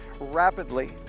rapidly